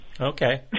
Okay